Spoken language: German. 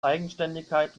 eigenständigkeit